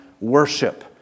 worship